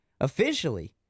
officially